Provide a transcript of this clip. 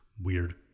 weird